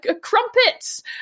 crumpets